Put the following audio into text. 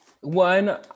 one